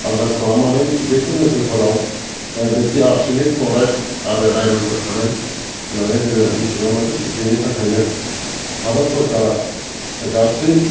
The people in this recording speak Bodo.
आबाद खालामनानै बेफोर ओनसोलफोराव बिब्दि आर्सेनिक फ्ल'राइड आरो आयरनफोर थानाय होननानै जोङो मिथिना मोन्दों बेनि थाखायनो भारत सोरकारा गासै